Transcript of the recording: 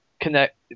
connect